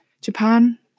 Japan